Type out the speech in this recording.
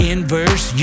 Inverse